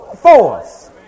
force